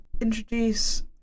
introduce